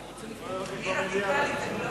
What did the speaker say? אני רדיקלית, אני